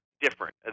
Different